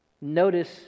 Notice